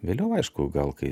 vėliau aišku gal kai